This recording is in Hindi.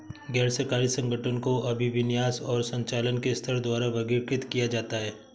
गैर सरकारी संगठनों को अभिविन्यास और संचालन के स्तर द्वारा वर्गीकृत किया जाता है